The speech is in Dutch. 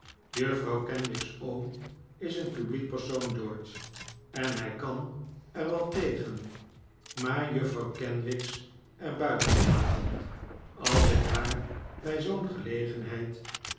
juffrouw kenwigs oom is een publiek persoon george en hij kan er wel tegen maar juffrouw kenwigs er buiten latend als ik haar bij zoo'n gelegenheid